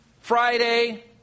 Friday